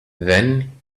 then